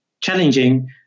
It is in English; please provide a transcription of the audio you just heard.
challenging